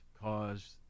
cause